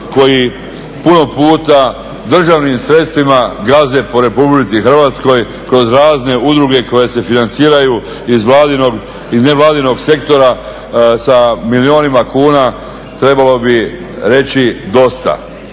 koji puno puta državnim sredstvima gaze po RH kroz razne udruge koje se financiraju iz nevladinog sektora sa milijunima kuna, trebalo bi reći dosta.